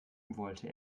wollte